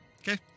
okay